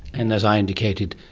and, as i indicated,